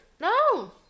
No